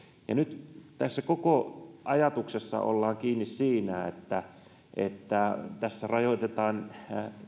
ja nyt tässä koko ajatuksessa ollaan kiinni siinä että että tässä rajoitetaan